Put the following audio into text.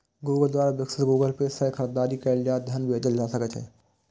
Google द्वारा विकसित Google Pay सं खरीदारी कैल आ धन भेजल जा सकै छै